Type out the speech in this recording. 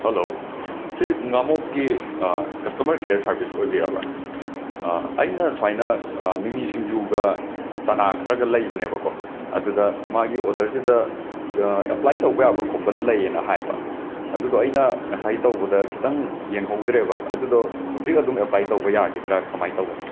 hello ꯑꯁꯤ ꯉꯥꯃꯣꯛꯀꯤ customer care service ꯑꯣꯏꯕꯤꯔꯕ꯭ꯔꯥ ꯑꯩꯅ ꯁꯨꯃꯥꯏꯅ ꯃꯤꯃꯤ ꯁꯤꯡꯖꯨꯒ ꯆꯅꯥ ꯈꯔꯒ ꯂꯩꯕꯅꯦꯕꯀꯣ ꯑꯗꯨꯗ ꯃꯥꯒꯤ ꯑꯣꯗꯔꯖꯤꯗ ꯗꯥ ꯑꯦꯄ꯭ꯂꯩꯏ ꯇꯧꯕ ꯌꯥꯕ ꯈꯣꯄ ꯂꯩꯌꯦꯅ ꯍꯥꯏꯕ ꯑꯗꯨꯗꯣ ꯑꯩꯅ ꯉꯁꯥꯏ ꯇꯧꯕꯗ ꯈꯤꯇꯪ ꯌꯦꯡꯍꯧꯗ꯭ꯔꯦꯕ ꯑꯗꯨꯗꯣ ꯍꯧꯖꯤꯛ ꯑꯗꯨꯝ ꯑꯦꯄ꯭ꯂꯥꯏ ꯇꯧꯕ ꯌꯥꯈꯤꯗ꯭ꯔꯥ ꯀꯃꯥꯏꯅ ꯇꯧꯒꯅꯤ